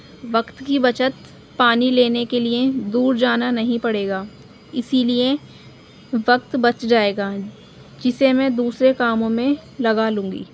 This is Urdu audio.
وقت کی بچت پانی لینے کے لیے دور جانا نہیں پڑے گا اسی لیے وقت بچ جائے گا جسے میں دوسرے کاموں میں لگا لوں گی